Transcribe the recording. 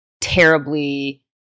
terribly